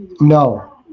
No